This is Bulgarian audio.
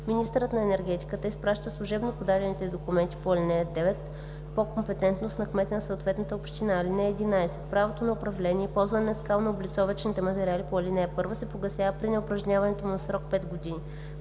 министърът на енергетиката изпраща служебно подадените документи по ал. 9 по компетентност на кмета на съответната община. (11) Правото на управление и ползване на скалнооблицовъчните материали по ал. 1 се погасява при неупражняването му за срок 5 години.“